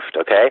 Okay